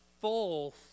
full